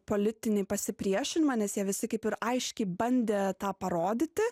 politinį pasipriešinimą nes jie visi kaip ir aiškiai bandė tą parodyti